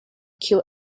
kill